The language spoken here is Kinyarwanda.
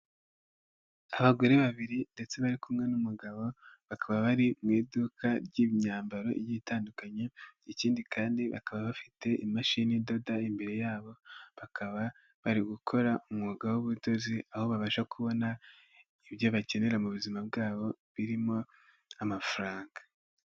Abagore babiri ndetse bari kumwe n'umugabo, bakaba bari mu iduka ry'imyambaro igiye itandukanye ikindi kandi bakaba bafite imashini idoda imbere yabo, bakaba bari gukora umwuga w'ubudozi aho babasha kubona ibyo bakenera mu buzima bwabo birimo amafaranga.